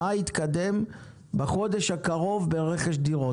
מה יתקדם בחודש הקרוב ברכש דירות.